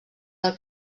del